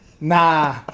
nah